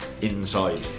inside